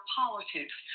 politics